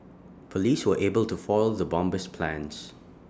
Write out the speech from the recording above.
Police were able to foil the bomber's plans